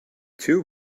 two